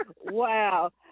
Wow